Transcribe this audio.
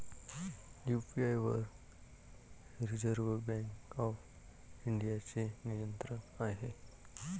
UPI वर Reserve Bank of इंडियाचे नियंत्रण आहे